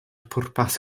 pwrpas